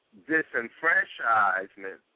disenfranchisement